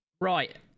Right